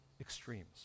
extremes